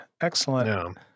excellent